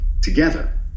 together